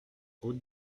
route